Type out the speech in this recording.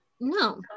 No